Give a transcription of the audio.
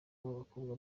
b’abakobwa